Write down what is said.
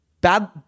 bad